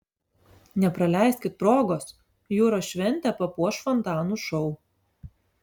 nepraleiskit progos jūros šventę papuoš fontanų šou